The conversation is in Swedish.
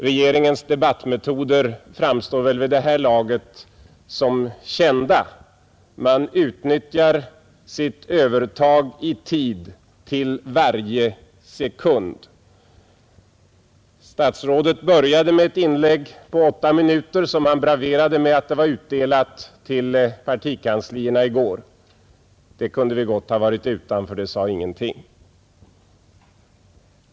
Regeringens debattmetoder framstår väl vid det här laget som kända; man utnyttjar sitt övertag i tid till varje sekund. Statsrådet började med ett inlägg på 8 minuter, som han braverade med var utdelat till partikanslierna i går. Det inlägget kunde vi gott ha varit utan, för det sade ingenting.